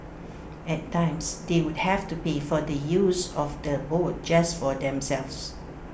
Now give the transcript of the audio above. at times they would have to pay for the use of the boat just for themselves